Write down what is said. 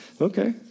Okay